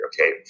Okay